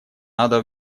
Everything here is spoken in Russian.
надо